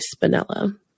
Spinella